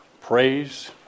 praise